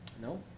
No